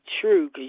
true